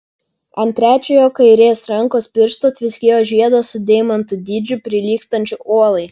ant trečiojo kairės rankos piršto tviskėjo žiedas su deimantu dydžiu prilygstančiu uolai